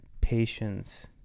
patience